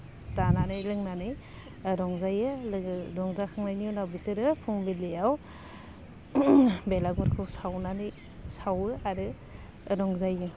जानानै लोंनानै रंजायो लोगो रंजाखांनायनि उनाव बिसोरो फुंबिलियाव बेलागुरखौ सावनानै सावो आरो रंजायो